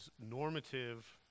normative